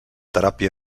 teràpia